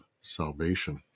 salvation